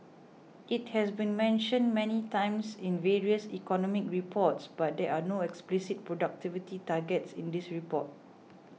it has been mentioned many times in various economic reports but there are no explicit productivity targets in this report